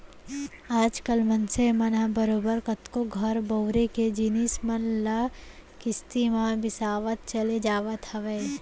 आज कल मनसे मन ह बरोबर कतको घर बउरे के जिनिस मन ल किस्ती म बिसावत चले जावत हवय